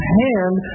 hand